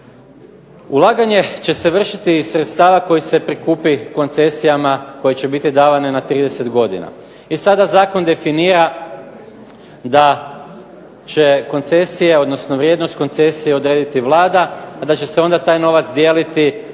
Ulaganje će se vršiti iz sredstava koji se prikupi koncesijama koje će biti davane na 30 godina. I sada zakon definira da će koncesije, odnosno vrijednost koncesije odrediti Vlada, a da će se onda taj novac dijeliti